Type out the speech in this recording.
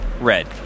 Red